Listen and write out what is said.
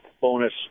bonus